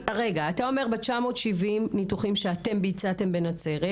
ב-970 הניתוחים שאתם ביצעתם בנצרת,